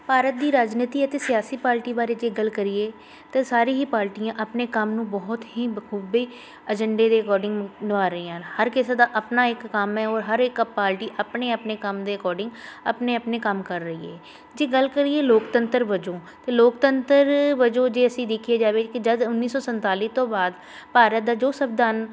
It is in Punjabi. ਭਾਰਤ ਦੀ ਰਾਜਨੀਤੀ ਅਤੇ ਸਿਆਸੀ ਪਾਲਟੀ ਬਾਰੇ ਜੇ ਗੱਲ ਕਰੀਏ ਅਤੇ ਸਾਰੇ ਹੀ ਪਾਲਟੀਆਂ ਆਪਣੇ ਕੰਮ ਨੂੰ ਬਹੁਤ ਹੀ ਬਖੂਬੀ ਅਜੰਡੇ ਦੇ ਅਕੋਡਿੰਗ ਨਿਭਾ ਰਹੀਆਂ ਹਨ ਹਰ ਕਿਸੇ ਦਾ ਆਪਣਾ ਇੱਕ ਕੰਮ ਹੈ ਉਹ ਹਰ ਇੱਕ ਪਾਲਟੀ ਆਪਣੇ ਆਪਣੇ ਕੰਮ ਦੇ ਅਕੋਡਿੰਗ ਆਪਣੇ ਆਪਣੇ ਕੰਮ ਕਰ ਰਹੀ ਏ ਜੇ ਗੱਲ ਕਰੀਏ ਲੋਕਤੰਤਰ ਵਜੋਂ ਅਤੇ ਲੋਕਤੰਤਰ ਵਜੋਂ ਜੇ ਅਸੀਂ ਦੇਖਿਆ ਜਾਵੇ ਕਿ ਜਦ ਉੱਨੀ ਸੌ ਸੰਤਾਲੀ ਤੋਂ ਬਾਅਦ ਭਾਰਤ ਦਾ ਜੋ ਸੰਵਿਧਾਨ